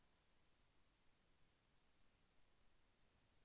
ముద్ర ఋణం ఎన్ని నెలల్లో కట్టలో చెప్పగలరా?